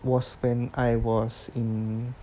was when I was in